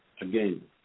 again